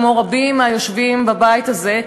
כמו רבים מהיושבים בבית הזה,